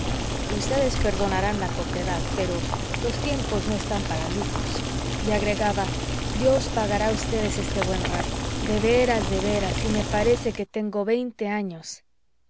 ustedes perdonarán la cortedad pero los tiempos no están para lujos y agregaba dios pagará a ustedes este buen rato de veras de veras si me parece que tengo veinte años